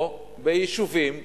או ביישובים סמוכים.